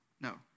No